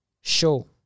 show